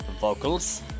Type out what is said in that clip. vocals